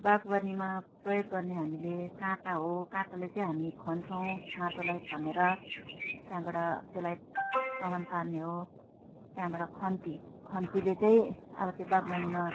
बागवानीमा प्रयोग गर्ने हामीले काँटा हो काँटाले चाहिँ हामी खन्छौँ माटोलाई खनेर त्यहाँबाट त्यसलाई समान पार्ने हो त्यहाँबाट खन्ती खन्तीले चाहिँ अब त्यो बागवानीमा